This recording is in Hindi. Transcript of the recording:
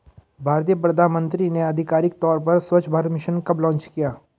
भारतीय प्रधानमंत्री ने आधिकारिक तौर पर स्वच्छ भारत मिशन कब लॉन्च किया?